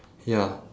ya